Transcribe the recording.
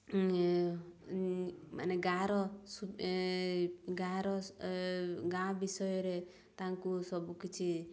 ମାନେ ଗାଁର ଗାଁର ଗାଁ ବିଷୟରେ ତାଙ୍କୁ ସବୁକିଛି